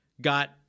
got